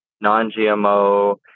non-GMO